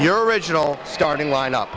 your original starting line up